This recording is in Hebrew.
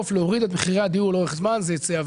להוריד את מחירי הדיור לאורך זמן זה עניין של